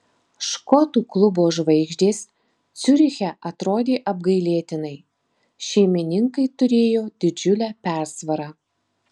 škotų klubo žvaigždės ciuriche atrodė apgailėtinai šeimininkai turėjo didžiulę persvarą